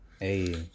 hey